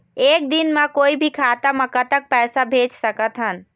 एक दिन म कोई भी खाता मा कतक पैसा भेज सकत हन?